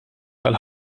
tal